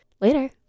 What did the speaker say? Later